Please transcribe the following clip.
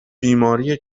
بیماری